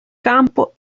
campo